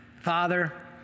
Father